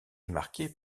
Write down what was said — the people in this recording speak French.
marquée